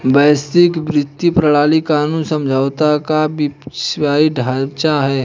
वैश्विक वित्तीय प्रणाली कानूनी समझौतों का विश्वव्यापी ढांचा है